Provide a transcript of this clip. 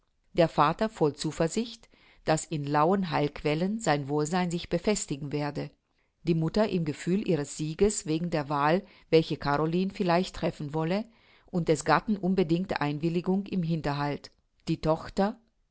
der vater voll zuversicht daß in lauen heilquellen sein wohlsein sich befestigen werde die mutter im gefühl ihres sieges wegen der wahl welche caroline vielleicht treffen wolle und des gatten unbedingte einwilligung im hinterhalt die tochter